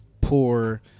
poor